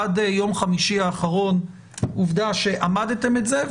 עד יום חמישי האחרון, עובדה שעמדתם בזה.